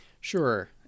Sure